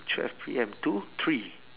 twelve P_M to three